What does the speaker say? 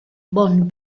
bon